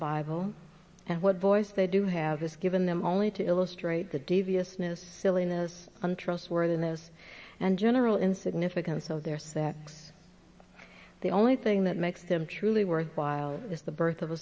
bible and what voice they do have is given them only to illustrate the deviousness silliness and trustworthiness and general insignificance of their sex the only thing that makes them truly worthwhile is the birth of a